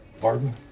Pardon